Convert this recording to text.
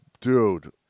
Dude